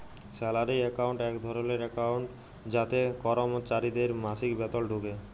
salary account এক ধরলের account যাতে করমচারিদের মাসিক বেতল ঢুকে